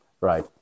right